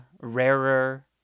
rarer